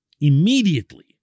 immediately